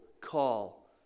call